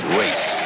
race